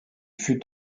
fut